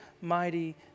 mighty